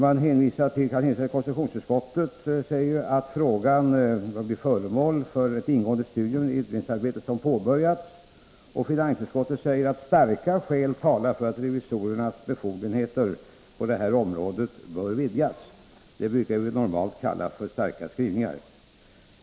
Konstitutions utskottet förutsätter i sitt yttrande att ”frågan blir föremål för ett ingående studium i det utredningsarbete som nu påbörjats”, och finansutskottet säger att ”starka skäl talar för att riksdagens revisorers befogenhet att granska statliga aktiebolag och stiftelser nu bör vidgas”. Det brukar vi normalt kalla för starka skrivningar.